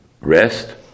rest